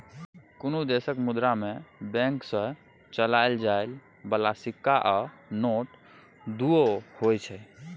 कुनु देशक मुद्रा मे बैंक सँ चलाएल जाइ बला सिक्का आ नोट दुओ होइ छै